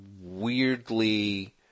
weirdly